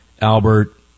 Albert